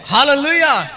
Hallelujah